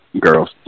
girls